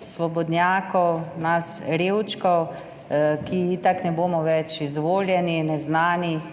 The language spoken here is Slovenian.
svobodnjakov, nas revčkov, ki itak ne bomo več izvoljeni, neznanih